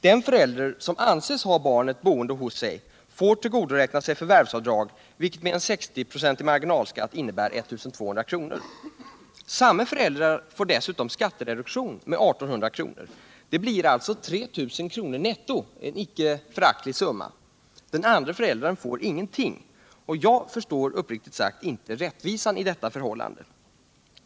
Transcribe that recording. Den förälder som anses ha barnet boende hos sig får tillgodoräkna sig förvärvsavdrag, vilket med 60 96 marginalskatt innebär 1 200 kr. Samma förälder får dessutom skattereduktion med 1 800 kr. Det blir alltså 3 000 kr. netto, en icke föraktlig summa. Den andra föräldern får ingenting. Jag förstår uppriktigt sagt inte rättvisan i detta förhållande.